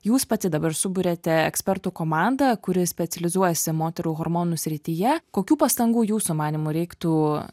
jūs pati dabar suburiate ekspertų komandą kuri specializuojasi moterų hormonų srityje kokių pastangų jūsų manymu reiktų